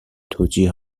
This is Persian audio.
توجیه